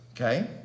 okay